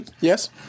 Yes